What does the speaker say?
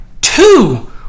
two